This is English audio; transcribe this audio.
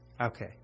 Okay